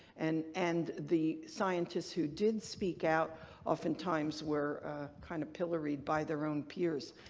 and and the scientists who did speak out often times were kind of pilloried by their own peers.